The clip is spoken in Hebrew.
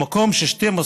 במקום שבו